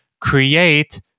Create